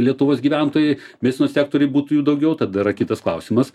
lietuvos gyventojai medicinos sektoriuj būtų jų daugiau tada yra kitas klausimas